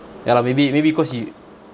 ya lah maybe maybe cause you